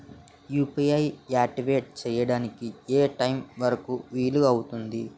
UPI activate చెయ్యడానికి ఏ time వరుకు వీలు అవుతుంది?